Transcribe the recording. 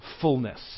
fullness